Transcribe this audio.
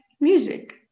music